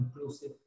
inclusive